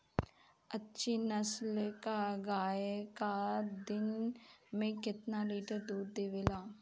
अच्छी नस्ल क गाय एक दिन में केतना लीटर दूध देवे ला?